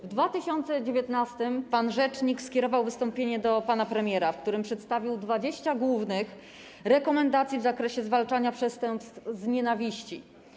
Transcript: W 2019 r. pan rzecznik skierował wystąpienie do pana premiera, w którym przedstawił 20 głównych rekomendacji w zakresie zwalczania przestępstw z nienawiści.